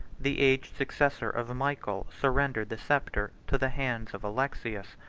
the aged successor of michael surrendered the sceptre to the hands of alexius,